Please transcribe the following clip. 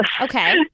Okay